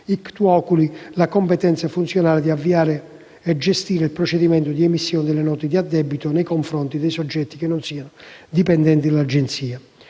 oculi* la competenza funzionale di avviare e gestire il procedimento di emissione delle note di addebito nei confronti di soggetti che non siano dipendenti dell'Agenzia.